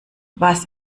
was